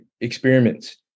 experiments